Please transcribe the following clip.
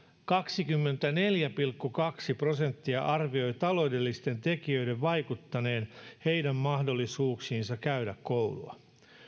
kaksikymmentäneljä pilkku kaksi prosenttia arvioi taloudellisten tekijöiden vaikuttaneen heidän mahdollisuuksiinsa käydä koulua